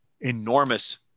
enormous